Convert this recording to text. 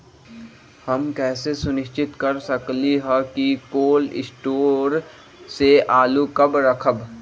हम कैसे सुनिश्चित कर सकली ह कि कोल शटोर से आलू कब रखब?